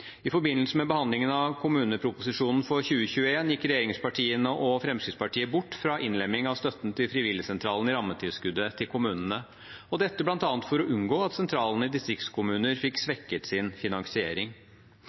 I forbindelse med behandlingen av kommuneproposisjonen for 2021 gikk regjeringspartiene og Fremskrittspartiet bort fra innlemming av støtten til frivilligsentralene i rammetilskuddet til kommunene, dette bl.a. for å unngå at sentralene i distriktskommuner fikk